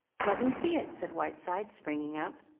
let me see it, said whiteside, springing up.